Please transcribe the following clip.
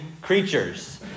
creatures